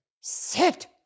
sit